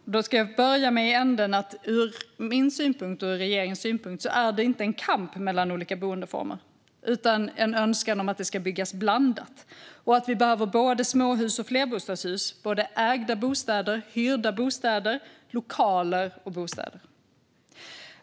Fru talman! Då ska jag börja i den änden att ur min synpunkt och regeringens synpunkt är det inte en kamp mellan olika boendeformer utan en önskan om att det ska byggas blandat. Vi behöver både småhus och flerbostadshus och både ägda bostäder och hyrda bostäder - lokaler och bostäder.